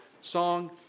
song